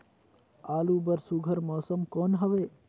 आलू बर सुघ्घर मौसम कौन हवे?